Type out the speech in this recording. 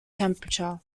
temperature